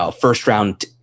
First-round